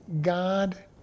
God